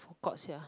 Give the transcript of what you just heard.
forgot sia